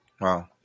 wow